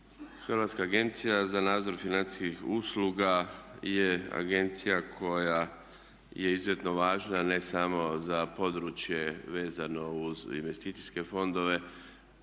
Hrvatska agencija za nadzor financijskih usluga je agencija koja je izuzetno važna ne samo za područje vezano uz investicijske fondove,